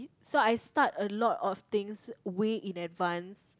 so I start a lot of things week in advance